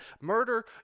murder